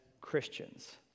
Christians